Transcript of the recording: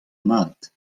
mat